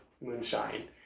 moonshine